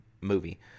movie